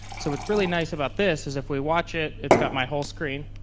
so what's really nice about this, is if we watch it, it's got my whole screen.